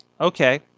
okay